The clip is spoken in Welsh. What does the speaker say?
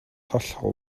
hollol